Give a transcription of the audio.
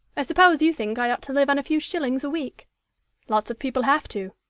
i suppose you think i ought to live on a few shillings a week lots of people have to.